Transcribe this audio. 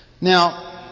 Now